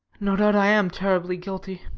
no doubt i am terribly guilty.